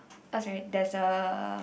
oh sorry there's a